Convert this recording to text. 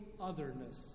otherness